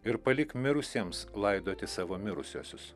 ir palik mirusiems laidoti savo mirusiuosius